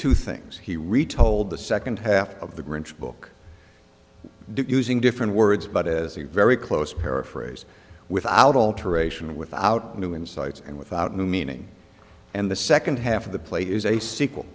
two things he retold the second half of the grinch book using different words but is a very close paraphrase without alteration without new insights and without new meaning and the second half of the play is a sequel